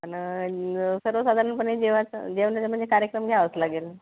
आणि सर्वसाधारणपणे जेवाचं जेवणाचं म्हणजे कार्यक्रम घ्यावंच लागेल